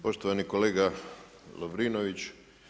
Poštovani kolega Lovrinović.